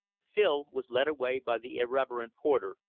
phil was led away by the irreverent porter,